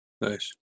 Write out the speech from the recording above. Nice